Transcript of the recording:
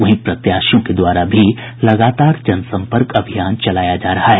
वहीं प्रत्याशियों के द्वारा भी लगातार जनसम्पर्क अभियान चलाया जा रहा है